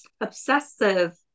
obsessive